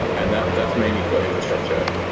and that's that's mainly for infrastructure.